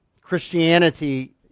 Christianity